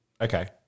Okay